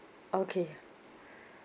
okay